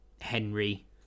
Henry